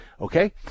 okay